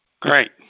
Great